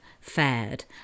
fared